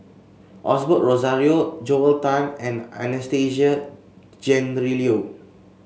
Osbert Rozario Joel Tan and Anastasia Tjendri Liew